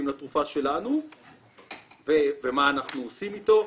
לתרופה שלנו ומה אנחנו עושים איתו.